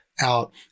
out